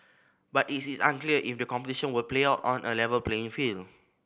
but it is unclear if the competition will play out on a level playing field